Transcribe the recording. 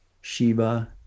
Shiva